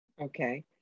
Okay